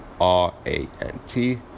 R-A-N-T